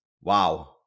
wow